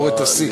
לשבור את השיא.